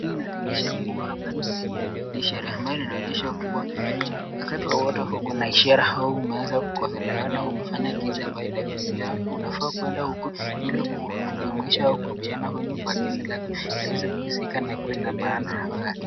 Hii inasmdhihirisha kuwa hapa inaonyesha kuwa wakati wowote kuna madhara au umeweza kukosolewa na ishara au umefanya kitu unafaa kuenda huko iki kujumiusha uhusiano uweze kushika na ikuwe na maana.